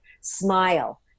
Smile